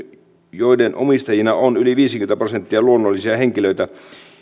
joiden omistajista on yli viisikymmentä prosenttia luonnollisia henkilöitä